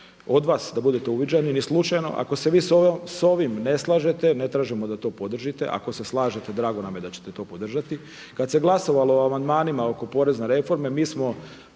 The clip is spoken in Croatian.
od vas da budete uviđajni, ni slučajno. Ako se vi sa ovim ne slažete ne tražimo da to podržite. Ako se slažete drago nam je da ćete to podržati. Kad se glasovalo o amandmanima oko porezne reforme mi smo